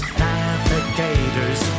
navigators